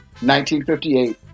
1958